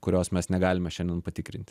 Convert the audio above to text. kurios mes negalime šiandien patikrinti